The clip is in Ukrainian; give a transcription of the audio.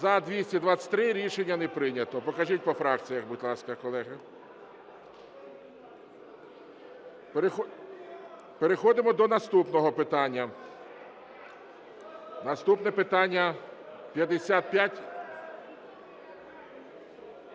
За-223 Рішення не прийнято. Покажіть по фракціях, будь ласка, колеги. Переходимо до наступного питання. Наступне питання 55…